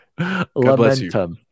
lamentum